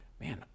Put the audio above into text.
man